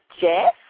Jeff